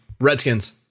Redskins